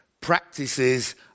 practices